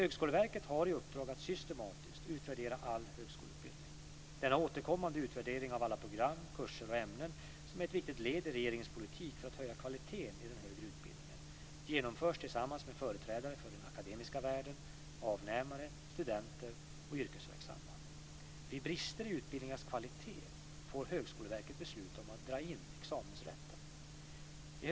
Högskoleverket har i uppdrag att systematiskt utvärdera all högskoleutbildning. Denna återkommande utvärdering av alla program, kurser och ämnen, som är ett viktigt led i regeringens politik för att höja kvaliteten i den högre utbildningen, genomförs tillsammans med företrädare för den akademiska världen, avnämare, studenter och yrkesverksamma. Vid brister i utbildningarnas kvalitet får Högskoleverket besluta om att dra in examensrätten.